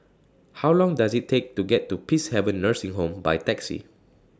How Long Does IT Take to get to Peacehaven Nursing Home By Taxi